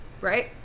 right